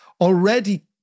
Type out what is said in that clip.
Already